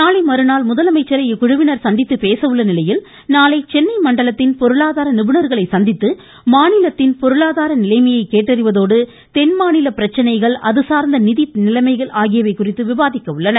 நாளை மறுநாள் முதலமைச்சரை இக்குழுவினர் சந்தித்து பேச உள்ள நிலையில் நாளை சென்னை மண்டலத்தின் பொருளாதார நிபுணர்களை சந்தித்து மாநிலத்தின் பொருளாதார நிலைமையை கேட்டறிவதோடு தென் மாநில பிரச்சினைகள் அதுசார்ந்த நிதி நிலைமைகள் ஆகியவை குறித்து விவாதிக்க உள்ளனர்